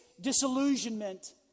disillusionment